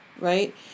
right